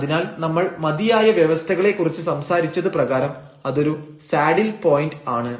അതിനാൽ നമ്മൾ മതിയായ വ്യവസ്ഥകളെക്കുറിച്ച് സംസാരിച്ചത് പ്രകാരം അതൊരു സാഡിൽ പോയന്റ് ആണ്